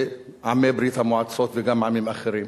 מעמי ברית-המועצות וגם מעמים אחרים.